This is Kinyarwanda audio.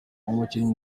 umukinnyi